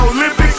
Olympics